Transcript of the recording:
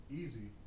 easy